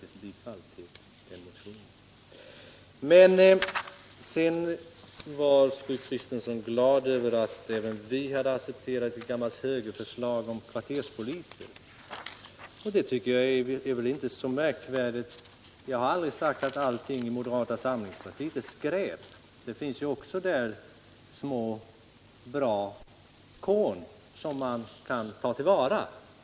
Sedan var fru Kristensson glad över att även vi hade accepterat ett gammalt högerförslag om kvarterspoliser. Det är väl inte så märkvärdigt. Jag har aldrig sagt att allt i moderata samlingspartiet är skräp. Det finns också där små bra korn som man kan ta till vara.